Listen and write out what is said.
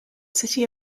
city